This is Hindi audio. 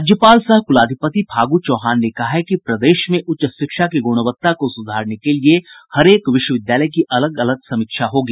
राज्यपाल सह कुलाधिपति फागू चौहान ने कहा है कि प्रदेश में उच्च शिक्षा की गुणवत्ता को सुधारने के लिये हरेक विश्वविद्यालय की अलग अलग समीक्षा होगी